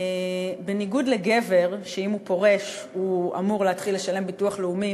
בניגוד לגבר שאם הוא פורש הוא אמור להתחיל לשלם ביטוח לאומי